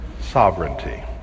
sovereignty